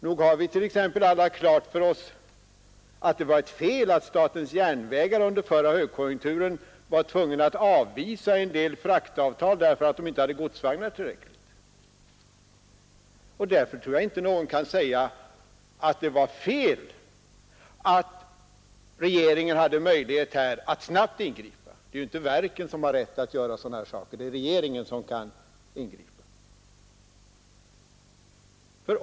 Nog har vi t.ex. alla klart för oss att det var ett fel att statens järnvägar under förra högkonjunkturen måste avvisa en del fraktavtal för att man inte hade tillräckligt med godsvagnar. Därför tror jag inte någon kan säga att det var fel att regeringen hade möjlighet att ingripa snabbt. Det är inte verken som har rätt att göra sådana saker. Det är regeringen som kan ingripa.